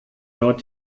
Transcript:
dort